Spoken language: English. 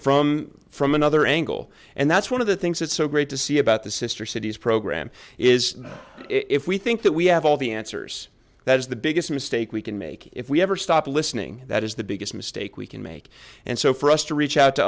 from from another angle and that's one of the things that's so great to see about the sister cities program is if we think that we have all the answers that is the biggest mistake we can make if we ever stop listening that is the biggest mistake we can make and so for us to reach out to